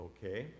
Okay